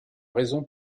raison